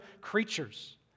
creatures